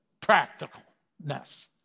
practicalness